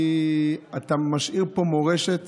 כי אתה משאיר פה מורשת